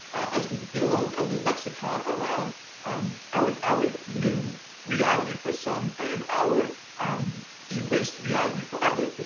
as we build a lexicon around um our our new reality for some and our um erased reality for others,